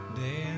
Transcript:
day